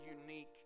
unique